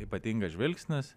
ypatingas žvilgsnis